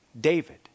David